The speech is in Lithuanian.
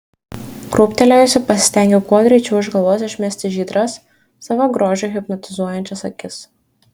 krūptelėjusi pasistengiau kuo greičiau iš galvos išmesti žydras savo grožiu hipnotizuojančias akis